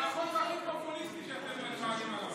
זה החוק הכי פופוליסטי שאתם מעלים היום.